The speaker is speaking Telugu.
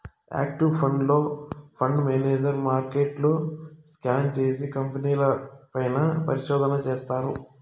యాక్టివ్ ఫండ్లో, ఫండ్ మేనేజర్ మార్కెట్ను స్కాన్ చేసి, కంపెనీల పైన పరిశోధన చేస్తారు